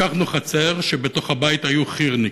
לקחנו חצר שבתוך הבית היו חי"רניקים,